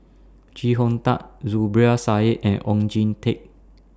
Chee Hong Tat Zubir Said and Oon Jin Teik